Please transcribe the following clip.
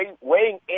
weighing